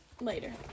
Later